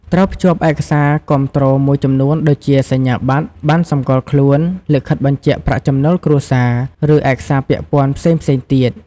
ត្រូវភ្ជាប់ឯកសារគាំទ្រមួយចំនួនដូចជាសញ្ញាបត្រ ប័ណ្ណសម្គាល់ខ្លួន លិខិតបញ្ជាក់ប្រាក់ចំណូលគ្រួសារ ឬឯកសារពាក់ព័ន្ធផ្សេងៗទៀត។